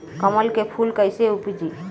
कमल के फूल कईसे उपजी?